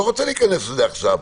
לא רוצה להיכנס לזה עכשיו.